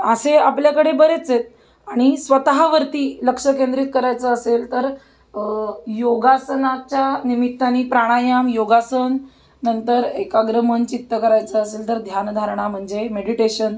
असे आपल्याकडे बरेच आहेत आणि स्वतःवरती लक्ष केंद्रित करायचं असेल तर योगासनाच्या निमित्तानं प्राणायाम योगासन नंतर एकाग्र मन चित्त करायचं असेल तर ध्यानधारणा म्हणजे मेडिटेशन